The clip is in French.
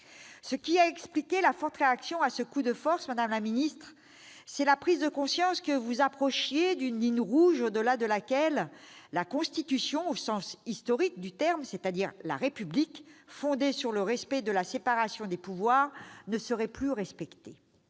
Ce qui a expliqué la forte réaction à ce coup de force, madame la garde des sceaux, c'est la prise de conscience que vous approchiez d'une ligne rouge au-delà de laquelle la Constitution au sens historique du terme, c'est-à-dire la République, fondée sur le respect de la séparation des pouvoirs, ne serait plus respectée.